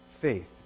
faith